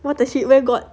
what the shit where got